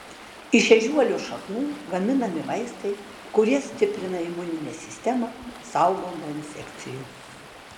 iš ežiuolių šaknų gaminami vaistai kurie stiprina imuninę sistemą saugo nuo infekcijų